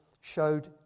showed